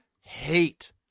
hate